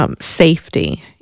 Safety